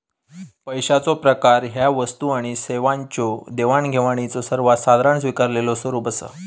पैशाचो प्रकार ह्या वस्तू आणि सेवांच्यो देवाणघेवाणीचो सर्वात साधारण स्वीकारलेलो स्वरूप असा